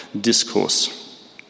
discourse